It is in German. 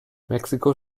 mexiko